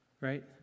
right